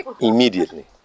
immediately